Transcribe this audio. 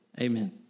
Amen